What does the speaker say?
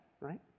right